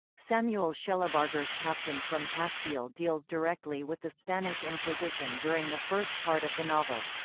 samuel shellabarger's captain from castile deals directly with the spanish inquisition during the first part of the novel.